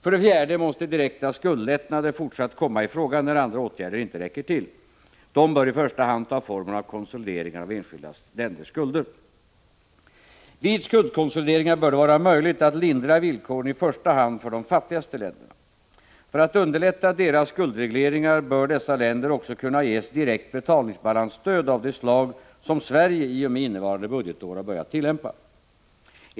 För det fjärde måste direkta skuldlättnader fortsatt komma i fråga när andra åtgärder inte räcker till. Dessa bör i första hand ta formen av konsolideringar av enskilda länders skulder. Vid skuldkonsolideringar bör det vara möjligt att lindra villkoren i första hand för de fattigaste länderna. För att underlätta deras skuldregleringar bör dessa länder också kunna ges direkt betalningsbalansstöd av det slag som Sverige i och med innevarande budgetår har börjat tillämpa.